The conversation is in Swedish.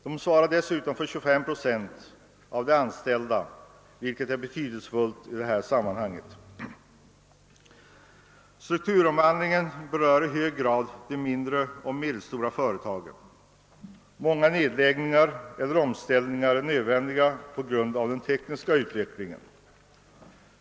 De svarar dessutom även för 25 procent av antalet anställda vilket är betydelsefullt i detta sammanhang. Strukturomvandlingen berör i hög grad de mindre och medelstora företagen. Många nedläggningar eller omställningar är nödvändiga på grund av den tekniska utvecklingen.